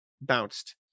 bounced